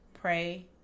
pray